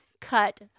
Cut